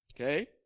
okay